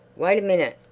wait a minute!